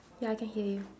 ya I can hear you